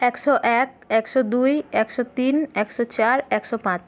একশো এক একশো দুই একশো তিন একশো চার একশো পাঁচ